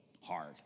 hard